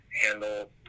handle